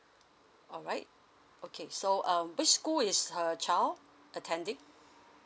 alright okay so um which school is her child attending